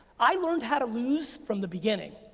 i learned how to lose from the beginning.